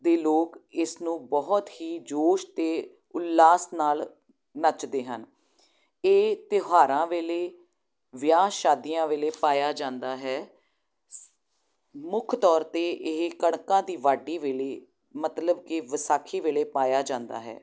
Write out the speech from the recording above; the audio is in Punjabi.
ਦੇ ਲੋਕ ਇਸ ਨੂੰ ਬਹੁਤ ਹੀ ਜੋਸ਼ ਅਤੇ ਉਲਾਸ ਨਾਲ ਨੱਚਦੇ ਹਨ ਇਹ ਤਿਉਹਾਰਾਂ ਵੇਲੇ ਵਿਆਹ ਸ਼ਾਦੀਆਂ ਵੇਲੇ ਪਾਇਆ ਜਾਂਦਾ ਹੈ ਮੁੱਖ ਤੌਰ 'ਤੇ ਇਹ ਕਣਕਾਂ ਦੀ ਵਾਢੀ ਵੇਲੇ ਮਤਲਬ ਕਿ ਵਿਸਾਖੀ ਵੇਲੇ ਪਾਇਆ ਜਾਂਦਾ ਹੈ